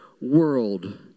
world